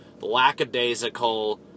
lackadaisical